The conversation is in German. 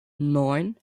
neun